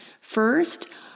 First